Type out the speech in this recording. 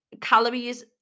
calories